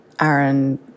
Aaron